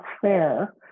fair